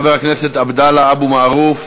עבדאללה אבו מערוף,